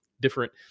different